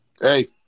Hey